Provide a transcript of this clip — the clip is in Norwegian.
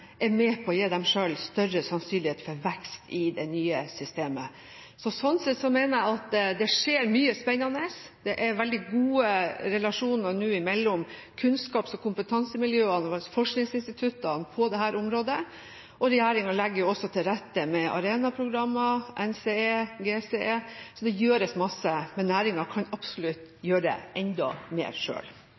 med på å gi dem selv større sannsynlighet for vekst i det nye systemet. Sånn sett mener jeg at det skjer mye spennende. Det er veldig gode relasjoner nå mellom kunnskaps- og kompetansemiljøene og forskningsinstituttene på dette området. Regjeringen legger også til rette med Arena-programmet, NCE og GCE. Det gjøres mye, men næringen kan absolutt gjøre enda mer